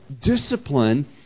discipline